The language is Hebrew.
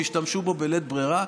וישתמשו בו בלית ברירה,